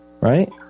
right